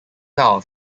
now